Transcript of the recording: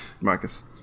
Marcus